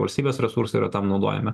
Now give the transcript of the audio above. valstybės resursai yra tam naudojami